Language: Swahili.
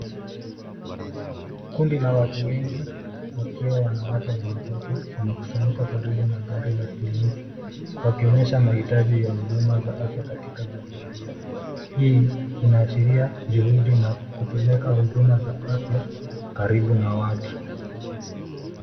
Kundi la watu wengi wakiwa wanawake na watoto wamekusanyika karibu na gari la kliniki wakionyesha maitaji ya huduma za afya katika jamii hiyo, hii inaashiria juhudi na kupeleka huduma za afya karibu na watu